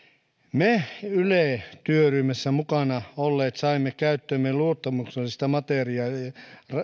me yle työryhmässä mukana olleet saimme käyttöömme luottamuksellista materiaalia